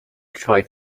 tried